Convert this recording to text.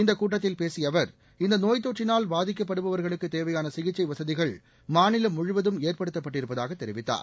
இந்த கூட்டத்தில் பேசிய அவர் இந்த நோய் தொற்றினால் பாதிக்கப்படுபவர்களுக்குத் தேவையான சிகிச்சை வசதிகள் மாநிலம் முழுவதும் ஏற்படுத்தப்பட்டிருப்பதாக தெரிவித்தார்